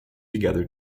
together